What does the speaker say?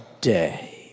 day